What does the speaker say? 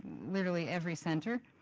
literally every center,